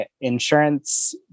insurance